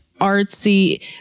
artsy